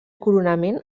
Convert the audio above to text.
coronament